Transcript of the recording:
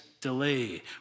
delay